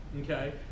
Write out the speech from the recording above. okay